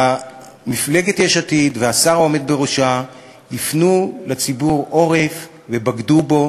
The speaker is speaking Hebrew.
מפלגת יש עתיד והשר העומד בראשה הפנו לציבור עורף ובגדו בו,